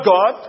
God